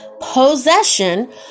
possession